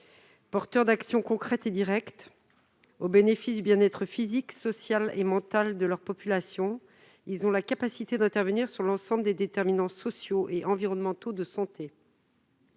Porteurs d'actions concrètes et directes au bénéfice du bien-être physique, social et mental de leurs populations, ils sont en mesure d'intervenir sur l'ensemble des déterminants sociaux et environnementaux de santé.